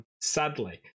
sadly